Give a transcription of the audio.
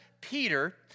Peter